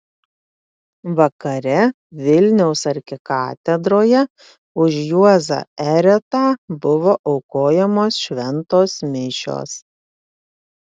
vakare vilniaus arkikatedroje už juozą eretą buvo aukojamos šventos mišios